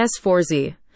S4Z